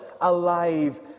alive